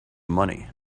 money